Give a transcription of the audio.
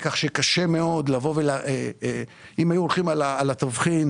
כך שקשה מאוד ואם היו הולכים על התבחין,